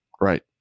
Right